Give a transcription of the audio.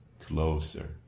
closer